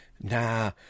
nah